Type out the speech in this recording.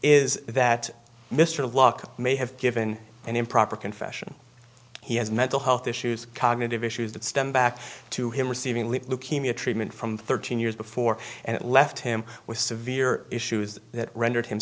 is that mr locke may have given an improper confession he has mental health issues cognitive issues that stem back to him receiving leave leukemia treatment from thirteen years before and it left him with severe issues that rendered him